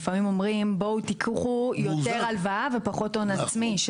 לפעמים אומרים בואו תיקחו יותר הלוואה ופחות הון עצמי,